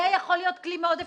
זה יכול להיות כלי מאוד אפקטיבי.